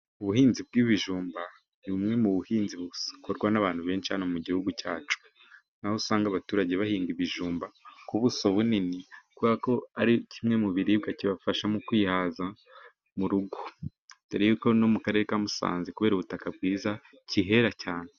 Ubuhinzi bw'ibijumba ni bumwe mu buhinzi bukorwa n'abantu benshi cyane, hano mu gihugu cyacu naho usanga abaturage bahinga ibijumba ku buso bunini. Bavuga ko ari kimwe mu biribwa kibafasha mu kwihaza mu rugo, dore yuko ko no mu karere ka Musanze kubera ubutaka bwiza kihera cyane.